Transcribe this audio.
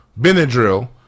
Benadryl